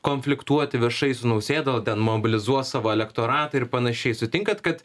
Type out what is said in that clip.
konfliktuoti viešai su nausėda ten mobilizuos savo elektoratą ir panašiai sutinkat kad